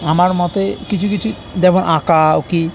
আমার মতে কিছু কিছু যেমন আঁকা আঁকি